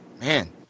man